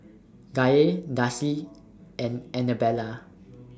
Gaye Darci and Anabella